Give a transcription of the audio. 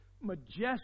majestic